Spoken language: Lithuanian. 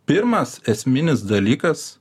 pirmas esminis dalykas